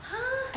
!huh!